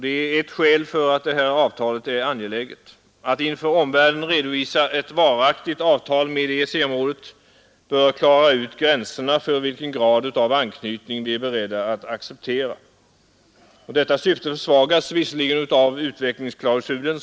Det är ett skäl till att detta avtal är angeläget. Att inför omvärlden redovisa ett varaktigt avtal med EEC området bör klara ut gränserna för vilken grad av anknytning vi är beredda att acceptera. Detta syfte försvagas visserligen, som jag ser det, av utvecklingsklausulen.